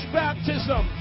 baptism